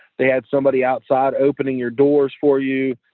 they had somebody outside opening your doors for you,